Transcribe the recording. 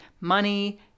money